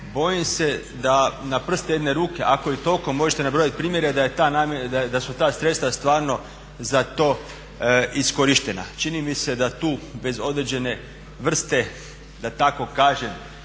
Bojim se da na prste jedne ruke, ako i toliko možete nabrojiti primjere da su ta sredstva stvarno za to iskorištena. Čini mi se da tu bez određene vrste da tako kažem